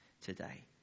today